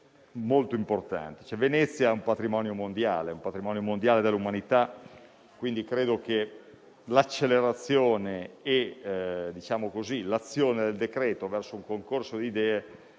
molto importante. Venezia è un patrimonio mondiale dell'umanità e quindi credo che l'accelerazione e l'azione del decreto verso un concorso di idee